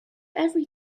every